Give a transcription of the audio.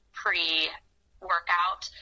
pre-workout